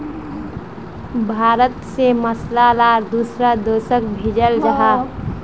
भारत से मसाला ला दुसरा देशोक भेजल जहा